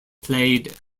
played